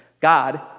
God